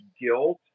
guilt